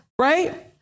right